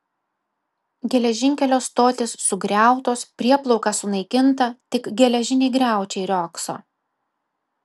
geležinkelio stotys sugriautos prieplauka sunaikinta tik geležiniai griaučiai riogso